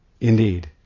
Indeed